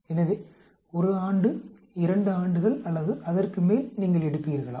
எனவே 1 ஆண்டு 2 ஆண்டுகள் அல்லது அதற்கு மேல் நீங்கள் எடுப்பீர்களா